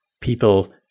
people